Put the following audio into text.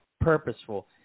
purposeful